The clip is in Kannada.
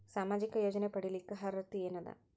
ಸಾಮಾಜಿಕ ಯೋಜನೆ ಪಡಿಲಿಕ್ಕ ಅರ್ಹತಿ ಎನದ?